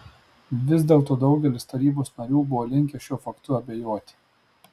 vis dėlto daugelis tarybos narių buvo linkę šiuo faktu abejoti